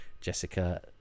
Jessica